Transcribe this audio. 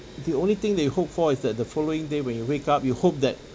the only thing that you hope for is that the following day when you wake up you hope that